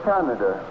Canada